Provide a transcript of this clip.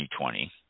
2020